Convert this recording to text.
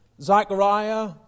Zechariah